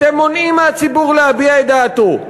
אתם מונעים מהציבור להביע את דעתו,